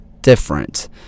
different